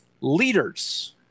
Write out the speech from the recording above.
leaders